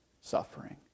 suffering